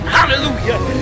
hallelujah